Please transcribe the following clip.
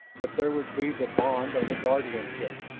but there would be the bond of the guardianship,